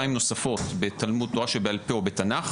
2 נוספות בתלמוד תורה שבעל-פה או בתנ"ך